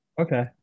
Okay